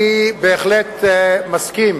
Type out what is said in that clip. אני בהחלט מסכים